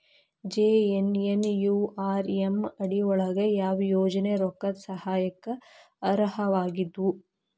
JNNURM ಅಡಿ ಯೊಳಗ ಯಾವ ಯೋಜನೆ ರೊಕ್ಕದ್ ಸಹಾಯಕ್ಕ ಅರ್ಹವಾಗಿದ್ವು?